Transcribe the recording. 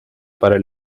para